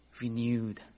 renewed